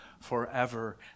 forever